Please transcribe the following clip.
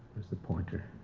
where's the pointer? oh.